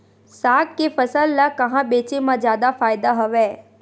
साग के फसल ल कहां बेचे म जादा फ़ायदा हवय?